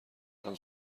منم